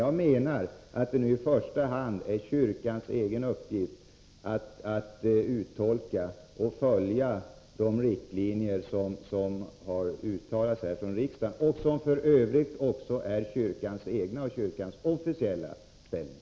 Jag menar att det i första hand är kyrkans egen uppgift att uttolka och följa de riktlinjer som har uttalats av riksdagen. Det är f. ö. också kyrkans egen och officiella inställning.